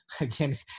Again